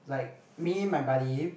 like me my buddy